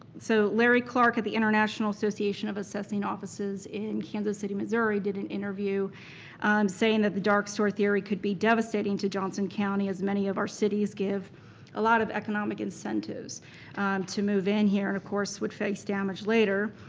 so larry clark at the international association of assessing offices in kansas city, missouri did an interview saying that the dark story theory could be devastating to johnson county as many of our cities give a lot of economic incentives to move in here and of course would face damage later.